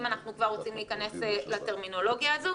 אם אנחנו כבר רוצים להיכנס לטרמינולוגיה הזו.